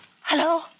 Hello